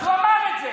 אז הוא אמר את זה.